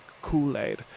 Kool-Aid